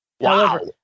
Wow